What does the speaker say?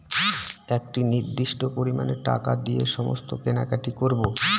একটি নির্দিষ্ট পরিমানে টাকা দিয়ে সমস্ত কেনাকাটি করবো